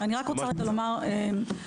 אני רק רוצה לומר לנערה.